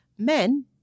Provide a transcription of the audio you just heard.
Men